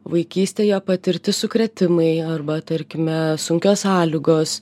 vaikystėje patirti sukrėtimai arba tarkime sunkios sąlygos